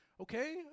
Okay